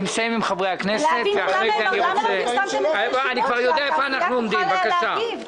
ולהבין גם למה לא פרסמתם את זה ישירות כדי שהתעשייה תוכל להגיב.